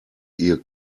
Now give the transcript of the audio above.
ihr